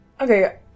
Okay